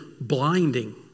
blinding